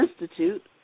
Institute